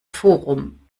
forum